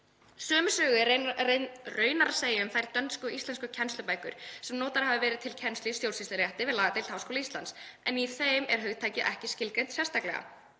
Sömu sögu er raunar að segja um þær dönsku og íslensku kennslubækur, sem notaðar hafa verið til kennslu í stjórnsýslurétti við lagadeild Háskóla Íslands, en í þeim er hugtakið ekki skilgreint sérstaklega.“